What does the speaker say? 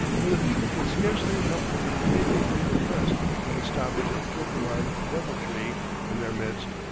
for the people can scarcely help being favorably impressed by the stoppage of turcoman deviltry in their midst,